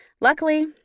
Luckily